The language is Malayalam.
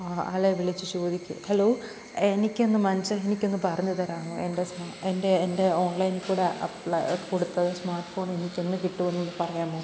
ആളെ വിളിച്ച് ചോദിക്ക് ഹലോ എനിക്കിന്ന് മാനസി എനിക്കൊന്നു പറഞ്ഞു തരാമോ എൻ്റെ സ്മാ എൻ്റെ എൻ്റെ ഓൺലൈനിൽ കൂടി അപ്ലൈ കൊടുത്ത സ്മാർട്ട് ഫോൺ എനിക്കെന്നു കിട്ടുമെന്നൊന്നു പറയാമോ